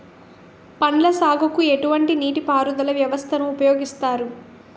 పండ్ల సాగుకు ఎటువంటి నీటి పారుదల వ్యవస్థను ఉపయోగిస్తారు?